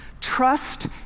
trust